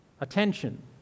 attention